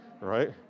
Right